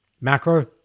macro